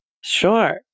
Sure